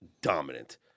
dominant